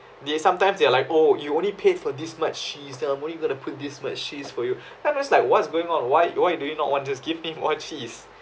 then sometimes they are like oh you only paid for this much cheese then why are we going to put this much cheese for you and I'm like what's going on why why do you not want just give me more cheese